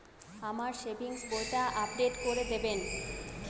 আমার সেভিংস বইটা আপডেট করে দেবেন?